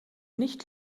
nicht